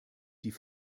die